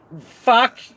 fuck